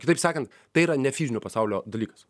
kitaip sakant tai yra ne fizinio pasaulio dalykas